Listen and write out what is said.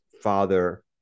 Father